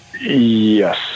Yes